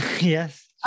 Yes